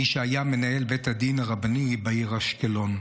מי שהיה מנהל בית הדין הרבני בעיר אשקלון.